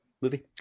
movie